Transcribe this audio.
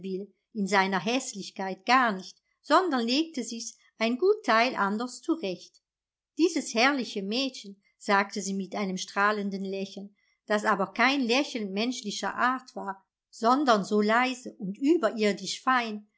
in seiner häßlichkeit gar nicht sondern legte sich's ein gut teil anders zurecht dieses herrliche mädchen sagte sie mit einem strahlenden lächeln das aber kein lächeln menschlicher art war sondern so leise und überirdisch fein